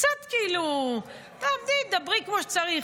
קצת תדברי כמו שצריך.